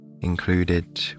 included